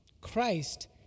Christ